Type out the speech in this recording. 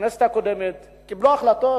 הכנסת הקודמת, קיבלו החלטות,